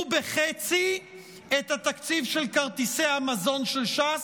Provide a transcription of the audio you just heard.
בחצי את התקציב של כרטיסי המזון של ש"ס.